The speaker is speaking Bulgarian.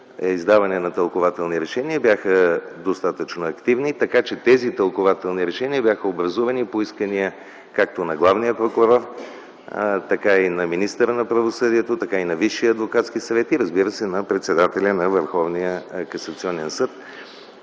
издаване на тълкувателни решения, бяха достатъчно активни, така че тези тълкувателни решения бяха образувани по искания както на главния прокурор, така и на министъра на правосъдието, така и на Висшия адвокатски съвет и разбира се, на председателя на